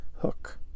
hook